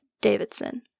Davidson